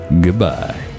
goodbye